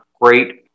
great